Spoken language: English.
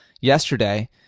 yesterday